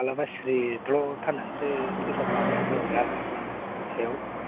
माब्लाबा स्रि ब्लद थांनानैसो फैसाखौ लाबोनानै र' गारना फैनो आं बिखायाव